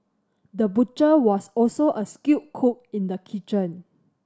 the butcher was also a skilled cook in the kitchen